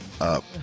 up